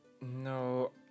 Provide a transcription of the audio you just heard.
No